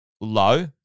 low